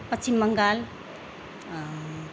Paschim Bengal